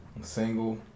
single